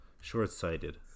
Short-sighted